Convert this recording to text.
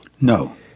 No